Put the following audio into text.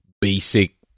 basic